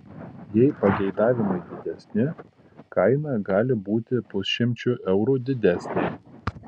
jei pageidavimai didesni kaina gali būti pusšimčiu eurų didesnė